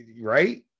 Right